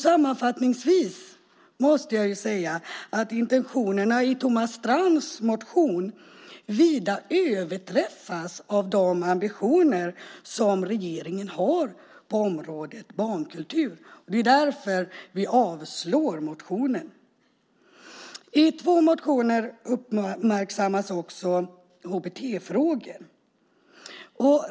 Sammanfattningsvis måste jag säga att intentionerna i Thomas Strands motion vida överträffas av de ambitioner som regeringen har på området barnkultur, och det är därför vi avstyrker motionen. I två motioner uppmärksammas också HBT-frågor.